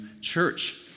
church